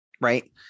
right